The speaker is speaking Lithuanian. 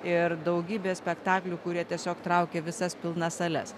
ir daugybė spektaklių kurie tiesiog traukė visas pilnas sales